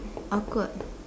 awkward